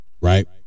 Right